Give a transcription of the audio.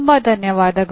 ತುಂಬ ಧನ್ಯವಾದಗಳು